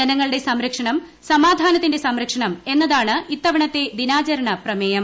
ജനങ്ങളുടെ സംരക്ഷണം സമാധാനത്തിന്റെ സംരക്ഷണം എന്നതാണ് ഇത്തവണത്തെ ദിനാചരണ പ്രമേയം